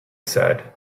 said